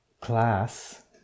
class